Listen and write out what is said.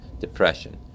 depression